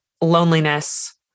loneliness